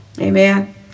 Amen